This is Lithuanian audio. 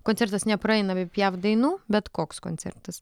koncertas nepraeina be piaf dainų bet koks koncertas